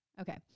Okay